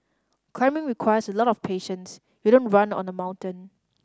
climbing requires a lot of patience you don't run on the mountain